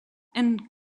and